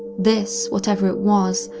this, whatever it was,